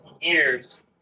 years